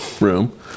room